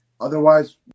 Otherwise